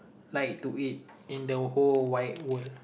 like to eat in the whole wide world